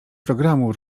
programu